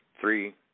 three